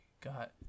got